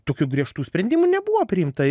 tokių griežtų sprendimų nebuvo priimta